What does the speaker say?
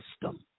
system